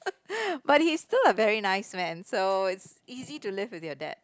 but he is still a very nice man so it's easy to live with your dad